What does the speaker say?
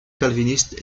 calvinistes